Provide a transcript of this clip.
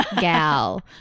gal